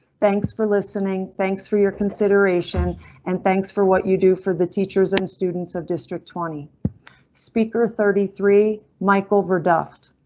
thanks for listening. thanks for your consideration and thanks for what you do for the teachers and students of district twenty speaker. thirty three michael ver duft.